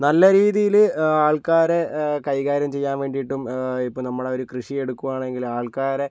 നല്ല രീതിയിൽ ആൾക്കാരെ കൈകാര്യം ചെയ്യാൻ വേണ്ടിയിട്ടും ഇപ്പോൾ നമ്മുടെ ഒരു കൃഷി എടുക്കുകയാണെങ്കിൽ ആൾക്കാരെ